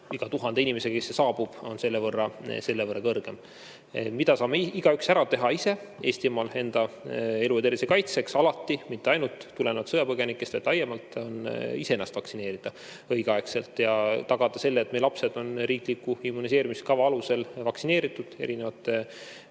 iga 1000 inimesega, kes siia saabub, on selle võrra kõrgem. Mida saame igaüks ära teha ise Eestimaal enda elu ja tervise kaitseks alati, mitte ainult tulenevalt sõjapõgenikest, vaid laiemalt? Ise ennast vaktsineerida lasta õigeaegselt ja tagada selle, et meie lapsed on riikliku immuniseerimiskava alusel vaktsineeritud